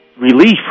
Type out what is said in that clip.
Relief